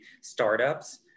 startups